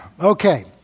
Okay